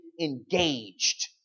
engaged